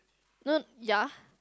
no ya